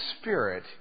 Spirit